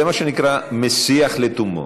זה מה שנקרא משיח לתומו.